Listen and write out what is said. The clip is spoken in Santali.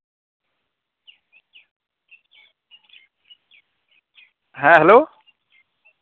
ᱦᱮᱸ ᱦᱮᱞᱳ